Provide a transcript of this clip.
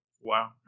Wow